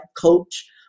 coach